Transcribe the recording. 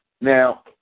Now